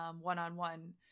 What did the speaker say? one-on-one